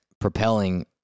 propelling